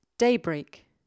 Daybreak